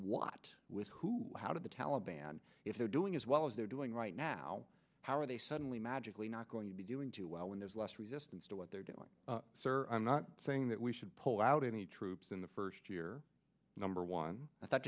what with who how did the well a band if they're doing as well as they're doing right now how are they suddenly magically not going to be doing too well when there's less resistance to what they're doing sir i'm not saying that we should pull out any troops in the first year number one